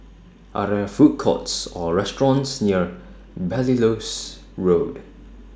Are There Food Courts Or restaurants near Belilios Road